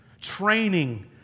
Training